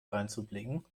dreinzublicken